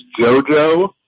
JoJo